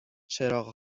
چراغ